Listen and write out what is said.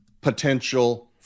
potential